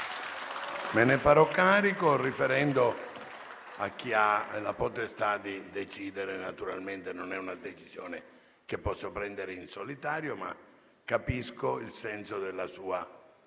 Me ne farò carico, riferendo a chi ha la potestà di decidere. Naturalmente, non è una decisione che posso prendere in solitario, ma capisco il senso della sua richiesta.